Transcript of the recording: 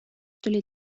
tuli